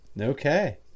Okay